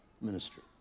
ministry